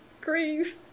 grieve